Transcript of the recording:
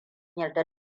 yarda